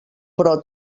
però